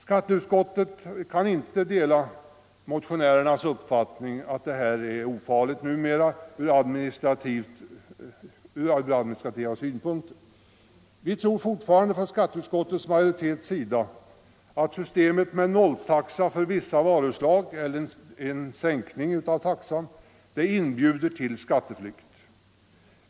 Skatteutskottet kan inte dela motionärernas uppfattning att en sådan åtgärd som slopande av mat-momsen nu skulle vara ofarlig och att kontrolltekniska och administrativa skäl skulle vara betydelselösa. Utskottets majoritet vidhåller uppfattningen att systemet med nolltaxa eller en sänkning av taxan för vissa varuslag inbjuder till skatteflykt.